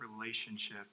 relationship